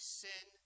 sin